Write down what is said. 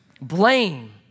blame